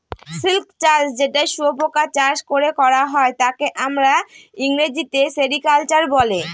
silk চাষ যেটা শুয়োপোকা চাষ করে করা হয় তাকে আমরা ইংরেজিতে সেরিকালচার বলে